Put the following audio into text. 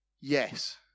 yes